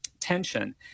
tension